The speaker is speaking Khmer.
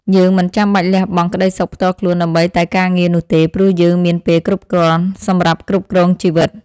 យើងមិនចាំបាច់លះបង់ក្តីសុខផ្ទាល់ខ្លួនដើម្បីតែការងារនោះទេ ព្រោះយើងមានពេលគ្រប់គ្រាន់សម្រាប់គ្រប់គ្រងជីវិត។